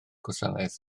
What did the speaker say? gwasanaeth